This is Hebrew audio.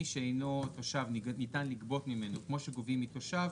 מי שאינו תושב ניתן לגבות ממנו כמו שגובים מתושב,